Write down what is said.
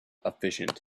efficient